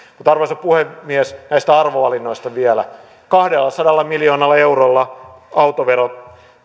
mutta arvoisa puhemies näistä arvovalinnoista vielä kahdellasadalla miljoonalla eurolla autoveron